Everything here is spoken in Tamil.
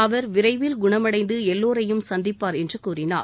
அவர் விரைவில் குணமடந்து எல்லோரையும் சந்திப்பார் என்று கூறினார்